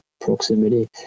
proximity